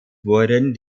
wurden